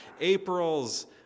April's